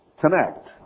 connect